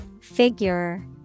Figure